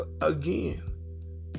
again